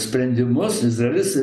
sprendimus izraelis